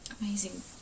amazing